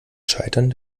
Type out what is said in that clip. scheitern